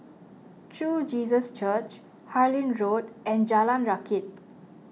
True Jesus Church Harlyn Road and Jalan Rakit